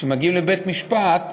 כשמגיעים לבית-משפט,